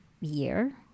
year